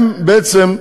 הם בעצם,